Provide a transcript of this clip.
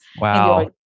Wow